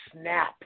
snap